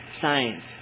science